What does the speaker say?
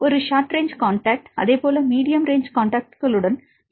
ஒரு short range contact அதேபோல் medium range காண்டாக்ட்களுடன் செல்கின்றன